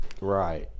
right